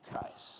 Christ